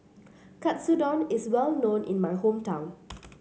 Katsudon is well known in my hometown